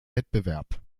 wettbewerb